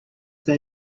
they